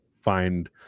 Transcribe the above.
find